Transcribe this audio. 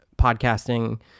podcasting